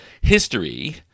history